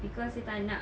cause dia tak nak